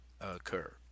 occur